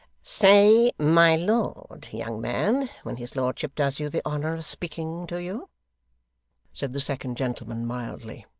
say my lord, young man, when his lordship does you the honour of speaking to you said the second gentleman mildly.